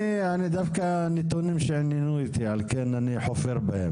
דווקא נתונים שאני לא ראיתי, על כן אני חופר בהם.